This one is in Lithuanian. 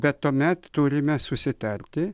bet tuomet turime susitarti